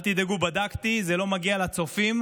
אל תדאגו, בדקתי, זה לא מגיע לצופים,